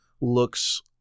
looks